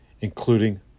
including